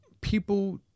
people